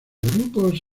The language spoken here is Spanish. grupos